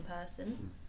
person